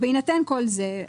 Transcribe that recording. בהינתן כל זה,